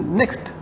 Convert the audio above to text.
next